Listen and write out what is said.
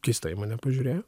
keistai į mane pažiūrėjo